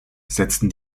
setzten